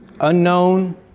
unknown